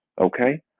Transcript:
Okay